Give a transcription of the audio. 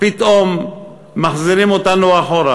פתאום מחזירים אותנו אחורה.